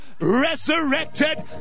resurrected